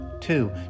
Two